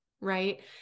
right